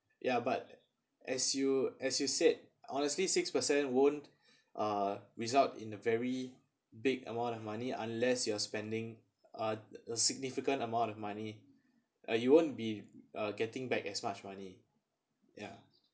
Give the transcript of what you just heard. ya but as you as you said honestly six percent won't uh result in a very big amount of money unless you are spending uh a significant amount of money uh you won't be uh getting back as much money ya